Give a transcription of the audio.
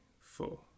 four